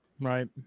Right